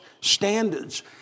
standards